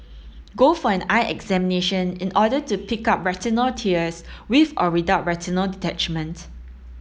go for an eye examination in order to pick up retinal tears with or without retinal detachment